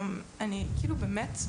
אני באמת,